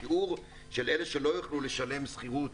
השיעור של אלה שלא יוכלו לשלם שכירות